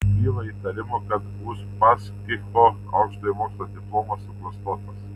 kyla įtarimų kad uspaskicho aukštojo mokslo diplomas suklastotas